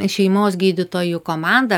šeimos gydytojų komanda